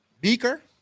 beaker